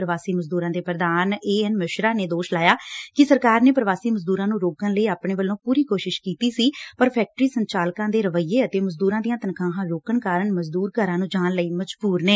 ਪ੍ਵਾਸੀ ਮਜ਼ਦੂਰਾਂ ਦੇ ਪ੍ਧਾਨ ਏ ਐਨ ਮਿਸ਼ਰਾ ਨੇ ਦੋਸ਼ ਲਾਇਆ ਕਿ ਸਰਕਾਰ ਨੇ ਪ੍ਵਾਸੀ ਮਜ਼ਦੂਰਾਂ ਨੂੰ ਰੋਕਣ ਲਈ ਆਪਣੇ ਵੱਲੋਂ ਪੂਰੀ ਕੋਸ਼ਿਸ਼ ਕੀਤੀ ਪਰ ਫੈਕਟਰੀ ਸੰਚਾਲਕਾਂ ਦੇ ਰਵੱਈਏ ਅਤੇ ਮਜ਼ਦੂਰਾਂ ਦੀਆਂ ਤਨਖ਼ਾਹਾ ਰੋਕਣ ਕਾਰਨ ਇਹ ਘਰਾਂ ਨੁੰ ਜਾਣ ਲਈ ਮਜ਼ਬੁਰ ਨੇ